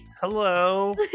Hello